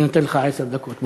אני נותן לך עשר דקות.